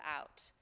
out